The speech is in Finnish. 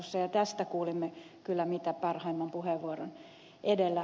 tästä kuulimme kyllä mitä parhaimman puheenvuoron edellä